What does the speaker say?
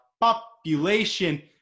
population